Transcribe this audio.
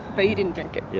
but you didn't drink it? yeah